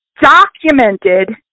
documented